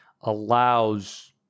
allows